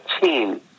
team